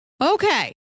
Okay